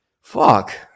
Fuck